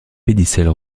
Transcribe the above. pédicelle